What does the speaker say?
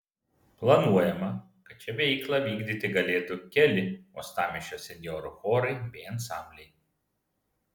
planuojama kad čia veiklą vykdyti galėtų keli uostamiesčio senjorų chorai bei ansambliai